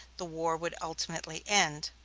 the war would ultimately end.